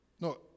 No